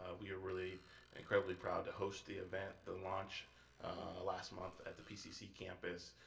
ah we are really incredibly proud to host the event, the launch last month, at the pcc campus.